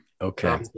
Okay